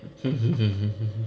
hmm hmm hmm hmm hmm hmm